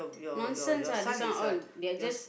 nonsense ah this one all they are just